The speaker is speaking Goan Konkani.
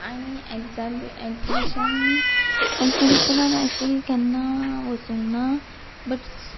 आनी एक्जाबी एक्जाबिशन एक्जिबिशनान अशी केन्ना वचूंक ना बट